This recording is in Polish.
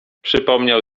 przypomniał